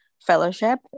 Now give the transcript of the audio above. fellowship